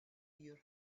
your